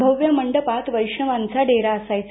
भव्य मंडपात वैष्णवांचा डेरा असायचा